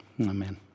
Amen